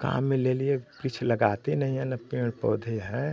काम में ले लिये कुछ लगाते नहीं हैं ना पेड़ पौधे हैं